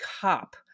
cop